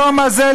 היום הזה,